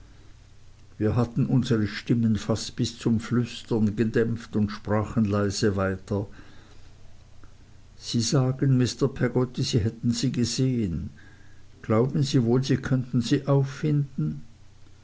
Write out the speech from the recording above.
wir hatten unsere stimmen fast bis zum flüstern gedämpft und sprachen leise weiter sie sagen mr peggotty sie hätten sie gesehen glauben sie wohl sie könnten sie auffinden